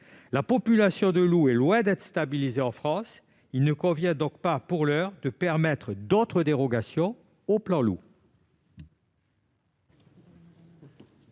Le nombre de loups est loin d'être stabilisé en France : il ne convient pas pour l'heure de prévoir d'autres dérogations au plan Loup.